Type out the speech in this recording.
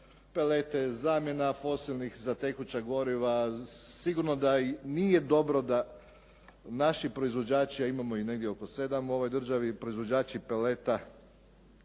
palete, zamjena fosilnih za tekuća goriva, sigurno da nije dobro da naši proizvođači a imamo ih negdje oko sedam u ovoj državi proizvođači paleta